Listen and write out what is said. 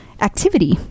activity